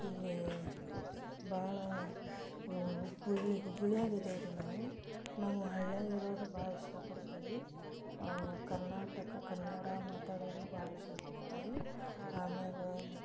ಇಲ್ಲಿ ಭಾಳ ಹುಬ್ಬಳ್ಳಿ ಹುಬ್ಳಿಯಾಗ ಇದೇವಿ ರೀ ನಾವು ನಾವು ಹಳ್ಳಿಯಾಗ ಇರೋದು ಭಾಳ ಇಷ್ಟ ಪಡ್ತೀವಿ ಕರ್ನಾಟಕ ಕನ್ನಡ ಮಾತಾಡೋದು ಭಾಳ್ ಇಷ್ಟ ಪಡ್ತಿವಿ ರೀ ಅಮ್ಯಾಗ